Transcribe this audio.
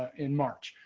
in march.